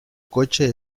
coche